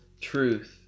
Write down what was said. truth